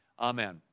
Amen